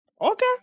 Okay